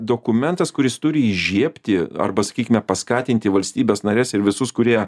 dokumentas kuris turi įžiebti arba sakykime paskatinti valstybes nares ir visus kurie